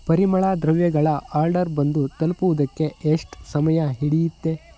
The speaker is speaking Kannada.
ಪರಿಮಳ ದ್ರವ್ಯಗಳ ಆರ್ಡರ್ ಬಂದು ತಲುಪುವುದಕ್ಕೆ ಎಷ್ಟು ಸಮಯ ಹಿಡಿಯತ್ತೆ